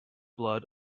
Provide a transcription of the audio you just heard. blood